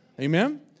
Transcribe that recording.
Amen